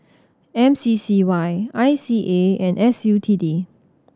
M C C Y I C A and S U T D